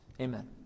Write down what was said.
Amen